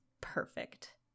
perfect